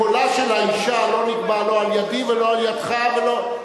קולה של האשה לא נקבע לא על-ידי ולא על-ידך ולא,